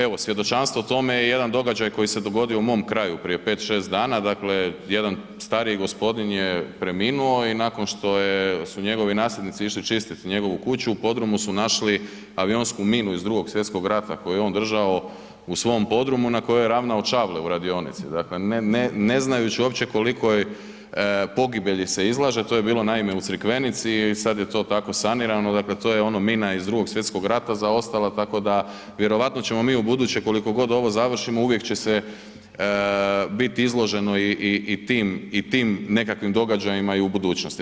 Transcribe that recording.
Evo svjedočanstvo tome je jedan događaj koji se dogodio u mom kraju prije 5, 6 dana, dakle jedan stariji gospodin je preminuo i nakon što je, su njegovi nasljednici išli čistiti njegovu kuću u podrumu su našli avionsku minu iz Drugog svjetskog rata koju je on držao u svom podrumu na kojoj je ravnao čavle u radionici, ne znajući uopće kolikoj pogibelji se izlaže, to je bilo naime u Crikvenici i sada je to tako sanirano, dakle to je ono mina iz Drugog svjetskog rata zaostala tako da, vjerojatno ćemo mi ubuduće koliko god ovo završimo uvijek će se biti izloženo i tim nekakvim događajima i u budućnosti.